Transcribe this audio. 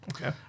Okay